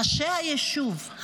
ראשי היישוב,